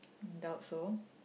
doubt so